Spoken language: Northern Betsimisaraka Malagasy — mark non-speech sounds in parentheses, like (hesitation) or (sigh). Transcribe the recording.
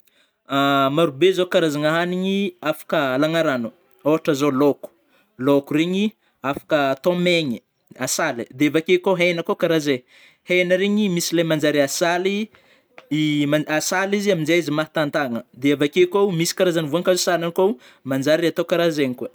(hesitation) Maro be zao karazagna hanigny afaka alagna rano, ôhatra zao laoko, laoko regny afaka atao megny, asaly, de avake kô hena kô kara ze, hena regny misy le manjary asaly, i (hesitation) hasaly izy amizay mahatagntagna, de avakeo kô misy karazany voankazo sanany kô manjary atao karaha zegny koa.